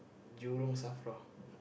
Jurong Safra